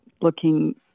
looking